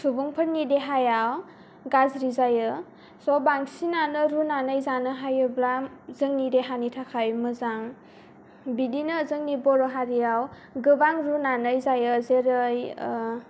सुबुंफोरनि देहाया गाज्रि जायो स' बांसिनानो रुनानै जानो हायोब्ला जोंनि देहानि थाखाय मोजां बिदिनो जोंनि बर' हारियाव गोबां रुनानै जायो जेरै